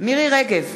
מירי רגב,